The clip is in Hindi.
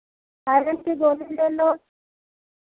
आयरन की गोली ले लो